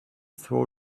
throw